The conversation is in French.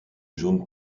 jaune